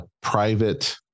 private